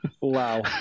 Wow